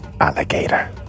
alligator